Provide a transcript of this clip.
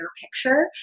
picture